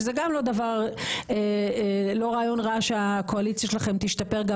שזה גם לא רעיון רע שהקואליציה שלכם תשתפר גם